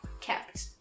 kept